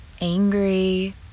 angry